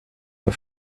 for